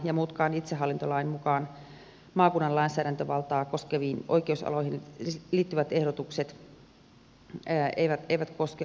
muutkaan itsehallintolain mukaan maakunnan lainsäädäntövaltaa koskeviin oikeusaloihin liittyvät ehdotukset eivät koske ahvenanmaata